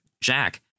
Jack